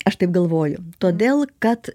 aš taip galvoju todėl kad